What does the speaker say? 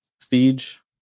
siege